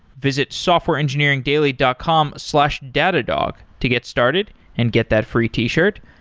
visit softwareengineeringdaily dot com slash datadog to get started and get that free t-shirt.